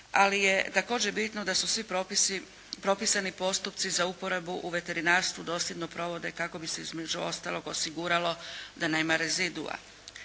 ali je također bitno da se svi propisani postupci za uporabu u veterinarstvu dosljedno provode kako bi se između ostalog osiguralo da nema rezidua.